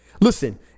Listen